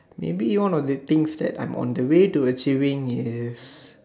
maybe one of the thing that I am on the way to achieving is